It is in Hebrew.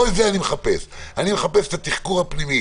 לא את זה אני מחפש אני מחפש את התחקור הפנימי.